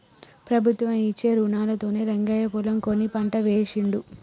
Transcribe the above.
ప్రభుత్వం ఇచ్చే రుణాలతోనే రంగయ్య పొలం కొని పంట వేశిండు